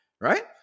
Right